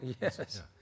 Yes